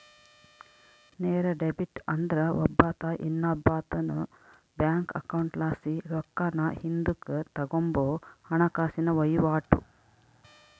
ನೇರ ಡೆಬಿಟ್ ಅಂದ್ರ ಒಬ್ಬಾತ ಇನ್ನೊಬ್ಬಾತುನ್ ಬ್ಯಾಂಕ್ ಅಕೌಂಟ್ಲಾಸಿ ರೊಕ್ಕಾನ ಹಿಂದುಕ್ ತಗಂಬೋ ಹಣಕಾಸಿನ ವಹಿವಾಟು